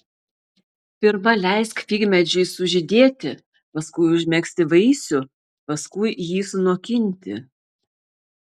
pirma leisk figmedžiui sužydėti paskui užmegzti vaisių paskui jį sunokinti